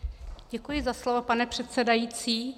Děkuji za slovo, pane předsedající.